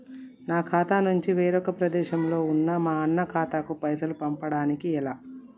నా ఖాతా నుంచి వేరొక ప్రదేశంలో ఉన్న మా అన్న ఖాతాకు పైసలు పంపడానికి ఎలా?